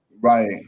Right